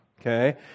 Okay